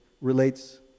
relates